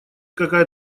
какая